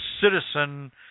citizen